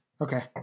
Okay